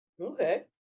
Okay